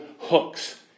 hooks